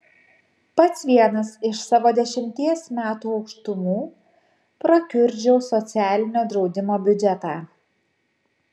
pats vienas iš savo dešimties metų aukštumų prakiurdžiau socialinio draudimo biudžetą